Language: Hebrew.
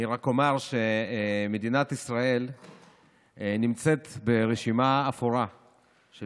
אני רק אומר שמדינת ישראל נמצאת ברשימה אפורה של